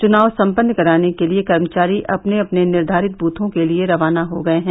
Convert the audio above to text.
चुनाव सम्पन्न कराने के लिये कर्मचारी अपने अपने निर्धारित ब्रथों के लिये रवाना हो गये हैं